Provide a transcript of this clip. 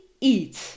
eat